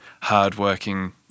hardworking